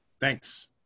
Thanks